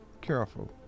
careful